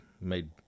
made